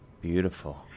beautiful